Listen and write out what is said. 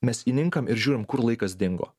mes įninkam ir žiūrim kur laikas dingo